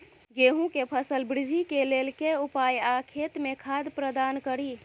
गेंहूँ केँ फसल वृद्धि केँ लेल केँ उपाय आ खेत मे खाद प्रदान कड़ी?